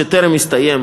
שטרם הסתיים,